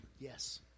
Yes